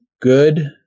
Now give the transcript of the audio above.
good